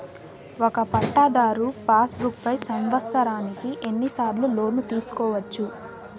ఒక పట్టాధారు passbook పై సంవత్సరానికి ఎన్ని సార్లు లోను తీసుకోవచ్చు?